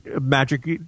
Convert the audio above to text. magic